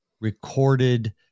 recorded